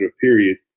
period